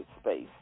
space